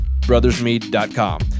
brothersmead.com